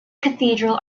cathedral